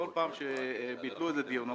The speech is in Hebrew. בכל פעם שביטלו דיון,